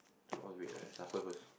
must wait right suffer first